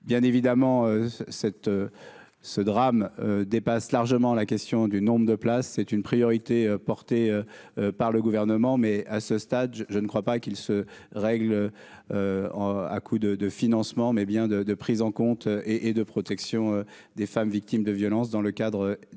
Bien évidemment, cette ce drame dépasse largement la question du nombre de places est une priorité, porté par le gouvernement, mais à ce stade, je ne crois pas qu'il se règle à coups de de financement, mais bien de de prise en compte et et de protection des femmes victimes de violences dans le cadre déjà existants